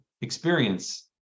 experience